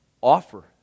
Offer